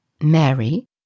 Mary